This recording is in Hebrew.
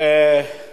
שלמה מולה, נא